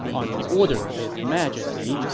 on the order of his majesty,